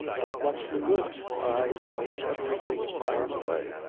but what's the good? eyes, voice, everything's miles away.